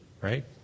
right